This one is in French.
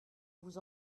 vous